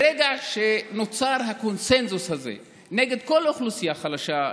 ברגע שנוצר הקונסנזוס הזה נגד כל אוכלוסייה חלשה,